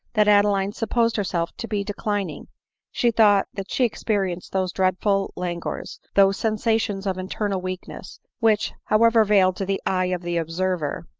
that adeline supposed herself to be declining she thought that she experienced those dreadful languors, those sensations of internal weakness! which, however veiled to the eye of the observer,